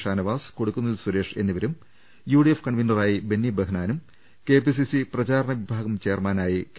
ഷാനവാസ് കൊടിക്കുന്നിൽ സുരേഷ് എന്നിവരും യുഡിഎഫ് കൺവീനറായി ബെന്നിം ബഹനാനും കെപിസിസി പ്രചാരണ വിഭാഗം ചെയർമാനായി കെ